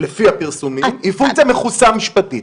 לפי הפרסומים, היא פונקציה מכוסה משפטית.